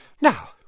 Now